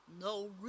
no